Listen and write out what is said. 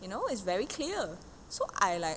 you know is very clear so I like